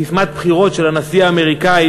ססמת הבחירות של הנשיא האמריקני